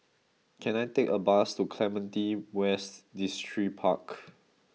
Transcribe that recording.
can I take a bus to Clementi West Distripark